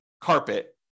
carpet